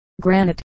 granite